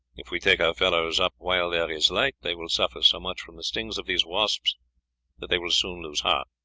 if we take our fellows up while there is light they will suffer so much from the stings of these wasps that they will soon lose heart.